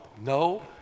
No